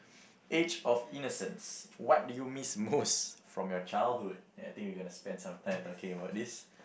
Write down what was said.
age of innocence what do you miss most from your childhood I think we gonna spend some time talking about this